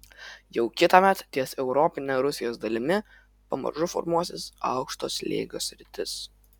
jau kitąmet ties europine rusijos dalimi pamažu formuosis aukšto slėgio sritis